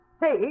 Hey